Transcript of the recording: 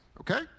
okay